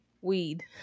weed